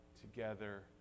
together